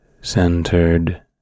centered